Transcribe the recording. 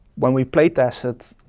when we play tested,